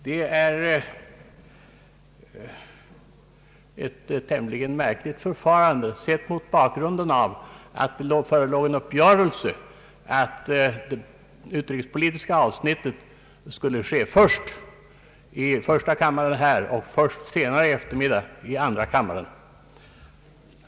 Det är ett tämligen märkligt förfarande mot bakgrunden av att det förelåg en uppgörelse att det utrikespolitiska avsnittet skulle komma först i första kammaren och senare i eftermiddag i andra kammaren.